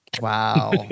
wow